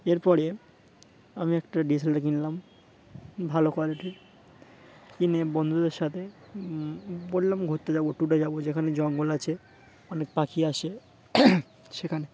এরপরে আমি একটা ডি এস এল আরটা কিনলাম ভালো কোয়ালিটি কিনে বন্ধুদের সাথে বললাম ঘুরতে যাবো টুরে যাবো যেখানে জঙ্গল আছে অনেক পাখি আসে সেখানে